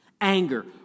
Anger